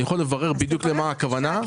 אני יכול לברר מה הכוונה בדיוק.